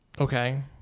okay